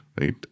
right